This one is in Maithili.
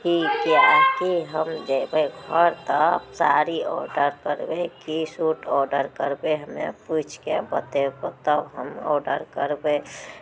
ठीक छै अथी हम जेबै घर तऽ साड़ी ऑर्डर करबै कि सूट ऑर्डर करबै हमे पुछि कऽ बतयबहु तब हम ऑर्डर करबै